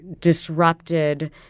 disrupted